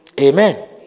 Amen